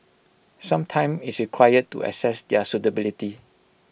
some time is required to assess their suitability